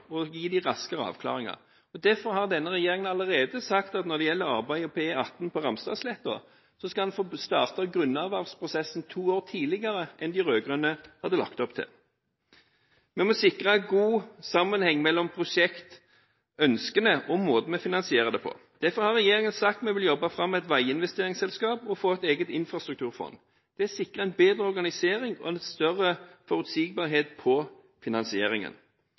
må gi Vegvesenet bedre arbeidsforhold og raskere avklaringer. Derfor har denne regjeringen allerede sagt at når det gjelder arbeidet på E18 på Ramstadsletta, skal en starte grunnervervsprosessen to år tidligere enn de rød-grønne hadde lagt opp til. Vi må sikre god sammenheng mellom prosjektønskene og måten vi finansierer det på. Derfor har regjeringen sagt at vi vil jobbe fram et veiinvesteringsselskap og få et eget infrastrukturfond. Det sikrer bedre organisering og større forutsigbarhet for finansieringen.